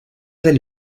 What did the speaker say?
del